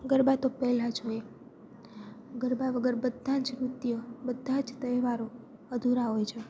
ગરબા તો પહેલાં જ હોય ગરબા વગર બધાં જ નૃત્ય બધા જ તહેવારો અધૂરા હોય છે